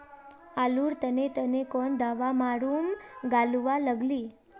आलूर तने तने कौन दावा मारूम गालुवा लगली?